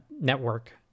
network